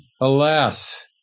Alas